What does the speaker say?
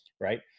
right